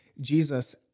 Jesus